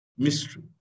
Mystery